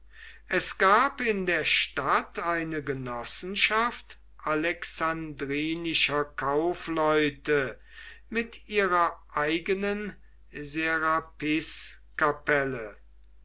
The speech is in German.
es gab in der stadt eine genossenschaft alexandrinischer kaufleute mit ihrer eigenen